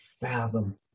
fathom